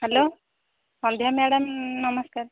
hello ସନ୍ଧ୍ୟା madam ନମସ୍କାର